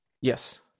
Yes